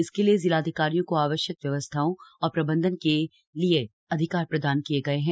इसके लिये जिलाधिकारियों को आवश्यक व्यवस्थाओं और प्रबंधन के लिये अधिकार प्रदान किये गये हैं